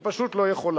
היא פשוט לא יכולה.